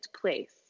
place